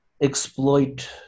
exploit